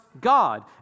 God